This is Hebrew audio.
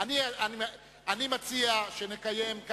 בשני נושאים,